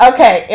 Okay